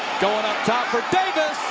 going up top for davis.